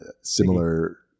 similar